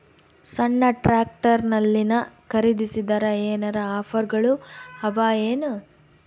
ಸಣ್ಣ ಟ್ರ್ಯಾಕ್ಟರ್ನಲ್ಲಿನ ಖರದಿಸಿದರ ಏನರ ಆಫರ್ ಗಳು ಅವಾಯೇನು?